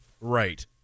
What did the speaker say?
Right